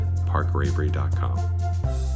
parkravery.com